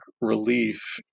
relief